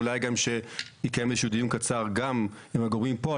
אולי גם שיתקיים איזשהו דיון קצר גם עם הגורמים פה,